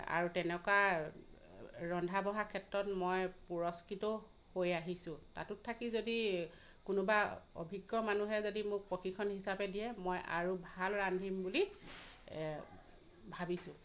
আৰু তেনেকুৱা ৰন্ধা বঢ়াৰ ক্ষেত্ৰত মই পুৰস্কৃতও হৈ আহিছোঁ তাতোত থাকি যদি কোনোবা অভিজ্ঞ মানহে যদি মোক প্ৰশিক্ষণ হিচাপে দিয়ে মই আৰু ভাল ৰান্ধিম বুলি ভাবিছোঁ